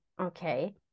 okay